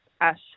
Ash